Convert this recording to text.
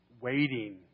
waiting